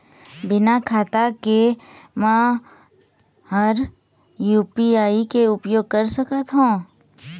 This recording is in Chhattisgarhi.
बिना खाता के म हर यू.पी.आई के उपयोग कर सकत हो?